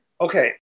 Okay